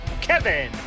Kevin